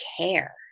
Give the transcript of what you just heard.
care